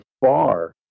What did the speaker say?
far